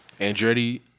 Andretti